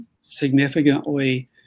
significantly